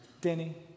Denny